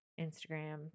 Instagram